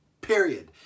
period